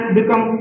become